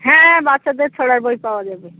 হ্যাঁ বাচ্চাদের ছড়ার বই পাওয়া যাবে